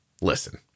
listen